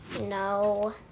No